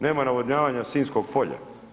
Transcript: Nema navodnjavanja Sinjskog polja.